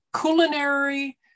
Culinary